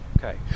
Okay